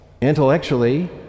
intellectually